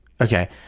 Okay